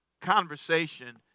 conversation